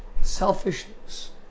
selfishness